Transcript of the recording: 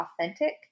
authentic